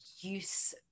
use